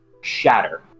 shatter